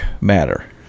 matter